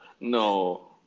No